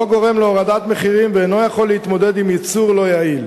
לא גורם להורדת מחירים ואינו יכול להתמודד עם ייצור לא יעיל.